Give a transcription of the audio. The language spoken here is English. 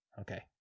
Okay